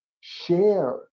share